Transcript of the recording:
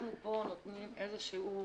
אנחנו פה נותנים איזשהו